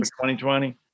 2020